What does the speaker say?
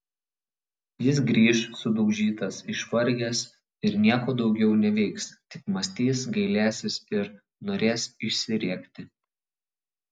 jis grįš sudaužytas išvargęs ir nieko daugiau neveiks tik mąstys gailėsis ir norės išsirėkti